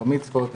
בר מצוות וכדומה.